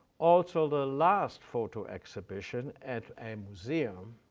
also the last photo exhibition at a museum,